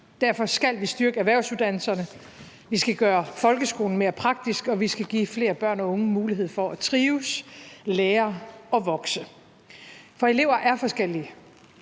Derfor skal vi styrke erhvervsuddannelserne, vi skal gøre folkeskolen mere praktisk, og vi skal give flere børn og unge mulighed for at trives, lære og vokse. For elever er forskellige.